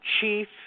chief